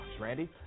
Randy